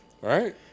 Right